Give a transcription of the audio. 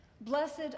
Blessed